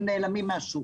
הם נעלמים מהשוק.